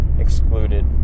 excluded